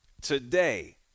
today